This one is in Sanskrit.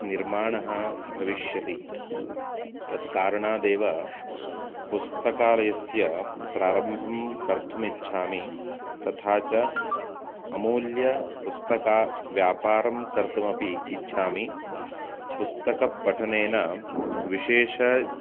निर्माणः भविष्यति तत् कारणादेव पुस्तकालयस्य प्रारम्भं कर्तुम् इच्छामि तथा च अमूल्यपुस्तकव्यापारं कर्तुमपि इच्छामि पुस्तकपठनेन विशेष